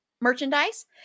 merchandise